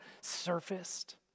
surfaced